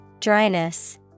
Dryness